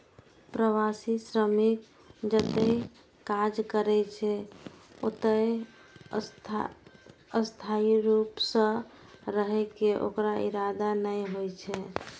प्रवासी श्रमिक जतय काज करै छै, ओतय स्थायी रूप सं रहै के ओकर इरादा नै होइ छै